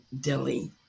Delhi